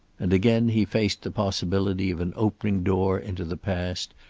and again he faced the possibility of an opening door into the past,